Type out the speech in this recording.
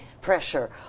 pressure